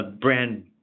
brand